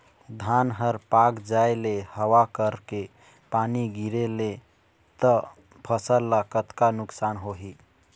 धान हर पाक जाय ले हवा करके पानी गिरे ले त फसल ला कतका नुकसान होही?